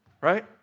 Right